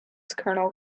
kernel